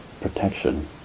protection